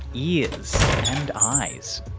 ears and eyes,